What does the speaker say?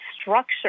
structure